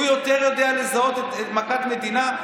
הוא יותר יודע לזהות מכת מדינה.